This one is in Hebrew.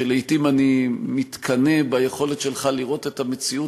שלעתים אני מתקנא ביכולת שלך לראות את המציאות